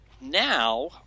Now